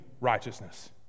righteousness